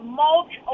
mulch